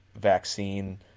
vaccine